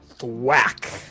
whack